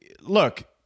look